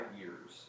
years